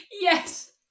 Yes